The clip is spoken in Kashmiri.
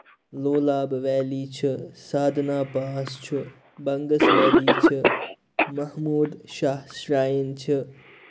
لولاب ویلی چھِ سادنا پاس چھُ بَنگَس ویلی چھِ مہموٗد شاہ شراین چھِ